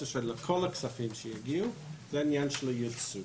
לכל הכספים שהגיעו זה עניין של הייצוא.